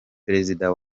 perezida